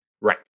right